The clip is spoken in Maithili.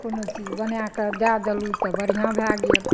कोनो चीज बना कऽ दए देलहुँ तऽ बढ़िआँ भए गेल